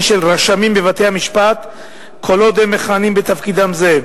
של רשמים בבתי-המשפט כל עוד הם מכהנים בתפקידם זה.